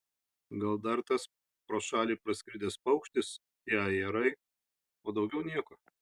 gal dar tas pro šalį praskridęs paukštis tie ajerai o daugiau nieko